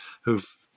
who've